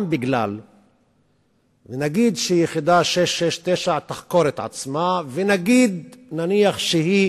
אבל גם כי נניח שיחידה 669 תחקור את עצמה ונניח שהיא